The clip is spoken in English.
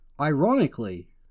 ironically